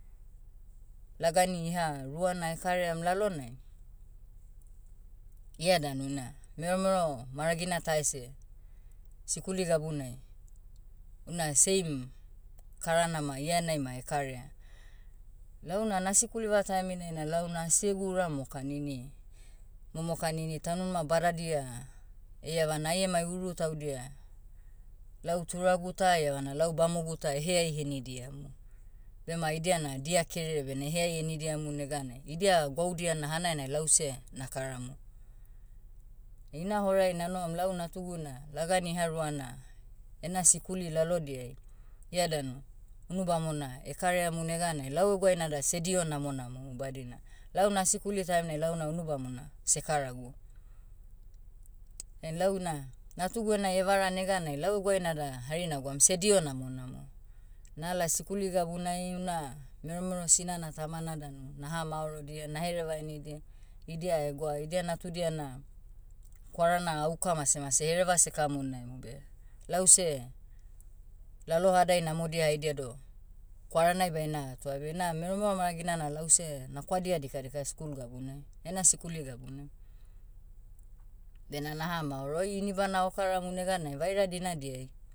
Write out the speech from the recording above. Lagani iha ruana karaiam lalonai, ia danu na, meromero maragina ta ese, sikuli gabunai, una same, karana ma ia enai ma karaia. Launa nasikuliva taiminai na launa asi egu ura mokan ini- momokan ini taunimanima badadiai, eiavana ai emai uru taudia, lau turagu tah eiavana lau bamogu ta eheai henidiamu. Bema idia na dia kerere evene eheai henidiamu neganai idia gwaudia na hanainai lause nakaramu. Heina horai nanohom lau natugu na lagan iha ruana, ena sikuli lalodiai, ia danu, unu bamona karaiamu neganai lau eguai nada seh diho namonamomu badina, lau nasikuli taiminai launa unu bamona, sekaragu. Dain lau ina, natugu enai evara neganai lau eguai nada hari nagwaum sediho namonamo. Nala sikuli gabunai una, meromero sinana tamana danu, naha maorodia nahereva henidia. Idia egwa idia natudia na, kwarana auka masemase hereva sekamonaimu beh, lause, lalohadai namodia haidia doh, kwaranai baina atoa bena meromero maragina na lause, na kwadia dikadika school gabunai, ena sikuli gabunai. Bena nahamaoroa oi ini bana okaramu neganai vaira dinadiai,